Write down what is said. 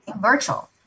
virtual